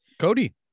Cody